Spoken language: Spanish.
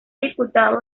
diputado